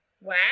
Wow